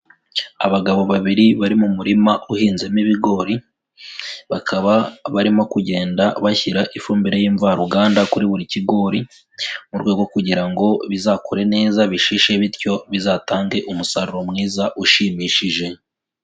Abagabo babiri bari mu murima uhinzemo ibigori, bakaba barimo kugenda bashyira ifumbire y'imvaruganda kuri buri kigori, mu rwego rwo kugira ngo bizakure neza bishishe bityo bizatange umusaruro mwiza ushimishije.